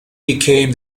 became